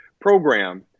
program